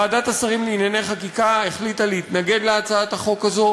ועדת השרים לענייני חקיקה החליטה להתנגד להצעת החוק הזו.